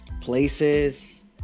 places